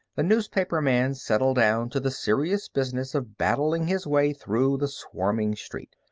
the newspaperman settled down to the serious business of battling his way through the swarming street.